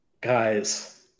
Guys